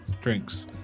Drinks